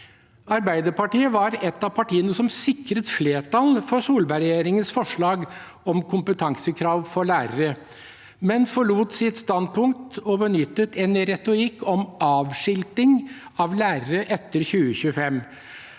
Arbeiderpartiet var et av partiene som sikret flertall for Solberg-regjeringens forslag om kompetansekrav for lærere, men forlot sitt standpunkt og benyttet en retorikk om avskilting av lærere etter 2025.